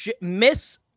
miss